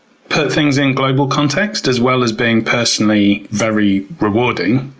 put things in global context as well as being personally very rewarding.